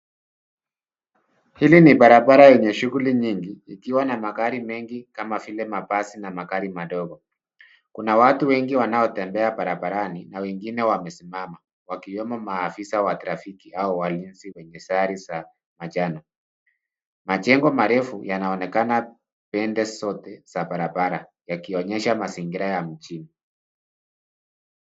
Hili ni barabara yenye shughuli nyingi ikiwa na magari mengi kama vile mabasi na magari madogo . Kuna watu wengi wanaotembea barabarani na wengine wamesimama wakiwemo maafisa wa trafiki au walinzi wenye sare za manjano. Majengo marefu yanaonekana pembe zote za barabara yakionyesha mazingira ya mjini.